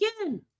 again